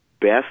best